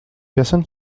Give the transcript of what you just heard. personne